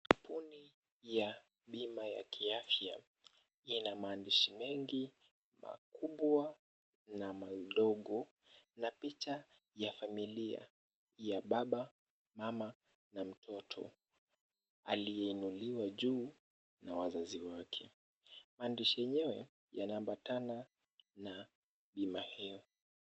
Bodi ya bima ya afya ina maandishi mengi makubwa na madogo na picha ya familia ya baba mama na mtoto aliyeinuliwa juu na wazazi wake. Waandishi yenyewe yanaambatana na bima hiyo.